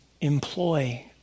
employ